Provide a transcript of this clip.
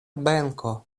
benko